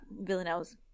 Villanelle's